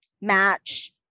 match-